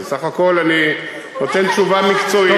בסך הכול אני נותן תשובה מקצועית,